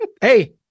hey